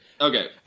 Okay